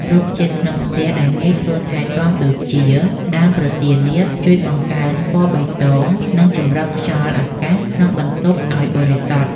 រុក្ខជាតិក្នុងផ្ទះដែលងាយស្រួលថែទាំដូចជា ដើមប្រទាលនាគ ជួយបង្កើនពណ៌បៃតង និងចម្រោះខ្យល់អាកាសក្នុងបន្ទប់ឱ្យបរិសុទ្ធ។